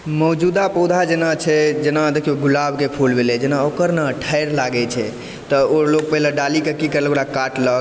मौजूदा पौधा जेना छै जेना देखियौ गुलाबके फूल भेलै जेना ओकर ने ठारि लागै छै तऽ ओ लोग पहिले डालीके कि केलक ओकरा काटलक